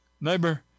Neighbor